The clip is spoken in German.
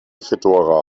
fedora